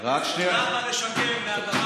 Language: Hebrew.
למה לשקר מעל במת הכנסת?